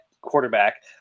quarterback